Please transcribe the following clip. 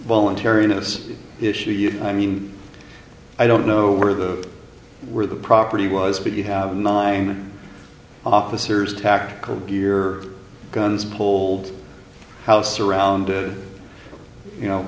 voluntariness issue you i mean i don't know where the where the property was but you have nine officers tactical gear guns pulled house surrounded you know